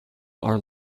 our